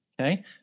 Okay